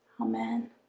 Amen